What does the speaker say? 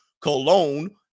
Cologne